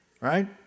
right